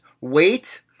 wait